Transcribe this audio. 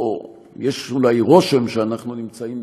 או יש אולי רושם שאנחנו נמצאים,